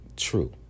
True